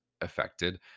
affected